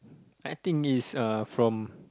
I think it's uh from